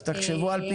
אז תחשבו על פתרונות.